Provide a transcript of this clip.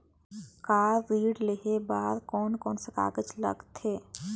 Car ऋण लेहे बार कोन कोन सा कागज़ लगथे?